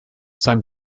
sein